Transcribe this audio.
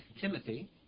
Timothy